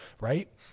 right